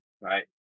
right